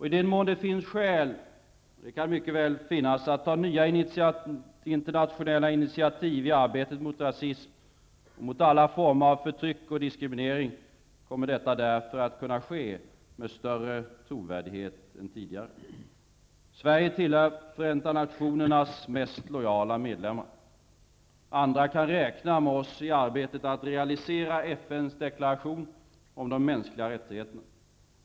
I den mån det finns skäl att ta nya internationella initiativ i arbetet mot rasism eller mot andra former av förtryck och diskriminering kommer detta därför att kunna ske med större trovärdighet än tidigare. Sverige tillhör Förenta nationernas mest lojala medlemmar. Andra kan räkna med oss i arbetet att realisera FN:s deklaration om mänskliga rättigheter.